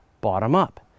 bottom-up